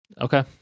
okay